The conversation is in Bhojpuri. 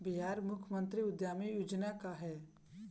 बिहार मुख्यमंत्री उद्यमी योजना का है?